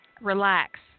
relax